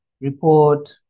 report